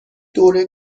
دوره